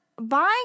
buying